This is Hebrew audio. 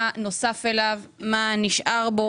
אבל גם הנושא של אלימות מינית הוא נושא מאוד מאוד